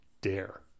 dare